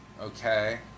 Okay